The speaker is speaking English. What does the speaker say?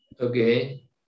Okay